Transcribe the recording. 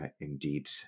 indeed